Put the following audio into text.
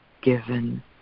given